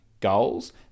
goals